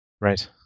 Right